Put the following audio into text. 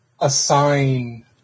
assign